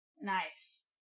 Nice